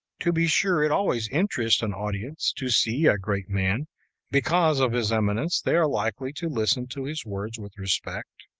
to be sure, it always interests an audience to see a great man because of his eminence they are likely to listen to his words with respect,